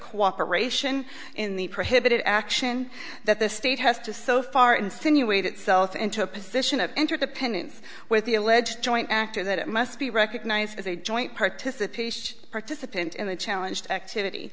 cooperation in the prohibited action that the state has to so far insinuate itself into a position of interdependence with the alleged joint actor that it must be recognized as a joint participation participant in the challenge activity